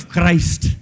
Christ